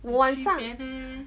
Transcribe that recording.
我晚上